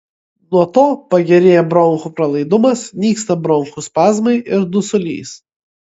nuo to pagerėja bronchų pralaidumas nyksta bronchų spazmai ir dusulys